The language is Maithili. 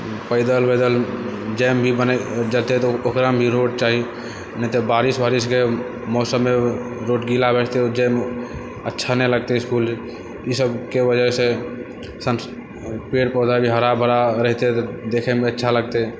पैदल वैदल जाइमे भी बनि जेतै तऽ ओकरामे भी रोड चाही ने तऽ बारिश वारिशके मौसममे रोड गीला भए जेतै तऽ ओ जाइमे अच्छा नहि लगतै इसकुल ईसबके वजहसँ पेड़ पौधा भी हरा भरा रहितै तऽ देखैमे भी अच्छा लगतै